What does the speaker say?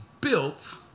built